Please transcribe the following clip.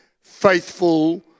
faithful